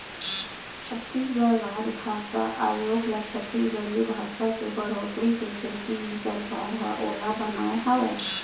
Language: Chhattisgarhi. छत्तीसगढ़ राजभासा आयोग ल छत्तीसगढ़ी भासा के बड़होत्तरी के सेती ही सरकार ह ओला बनाए हावय